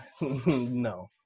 no